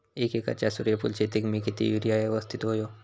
एक एकरच्या सूर्यफुल शेतीत मी किती युरिया यवस्तित व्हयो?